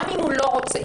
גם אם הוא לא רוצה,